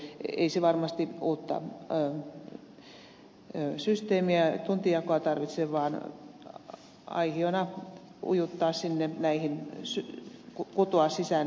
ei se varmasti uutta tuntijakoa tarvitse vaan sen voi aihiona ujuttaa sinne kutoa näihin muihin tunteihin sisälle